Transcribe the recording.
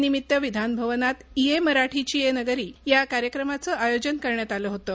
यानिमित्त विधानभवनात इये मराठीचीये नगरी या कार्यक्रमाचं आयोजन करण्यात आलं होतं